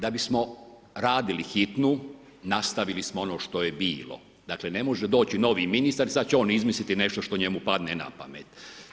Da bismo radili hitnu nastavili smo ono što je bilo, dakle ne može doći novi ministar i sad će on izmisliti nešto što njemu padne na pamet.